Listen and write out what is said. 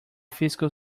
fiscal